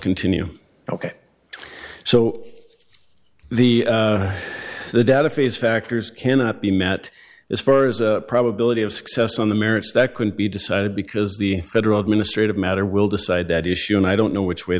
continue ok so the the data phase factors cannot be met as far as a probability of success on the merits that could be decided because the federal administration matter will decide that issue and i don't know which way